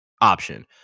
option